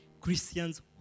Christians